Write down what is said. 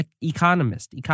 economist